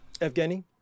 Evgeny